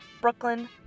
Brooklyn